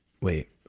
wait